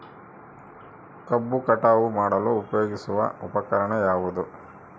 ಕಬ್ಬು ಕಟಾವು ಮಾಡಲು ಉಪಯೋಗಿಸುವ ಉಪಕರಣ ಯಾವುದು?